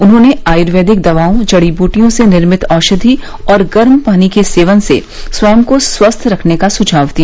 उन्होंने आयुर्वेदिक दवाओं जड़ी बूटियों से निर्मित औषधि और गर्म पानी के सेवन से स्वयं को स्वस्थ रखने का सुझाव दिया